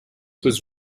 was